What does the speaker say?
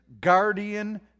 guardian